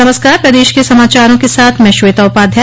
नमस्कार प्रदेश के समाचारों के साथ मैं श्वेता उपाध्याय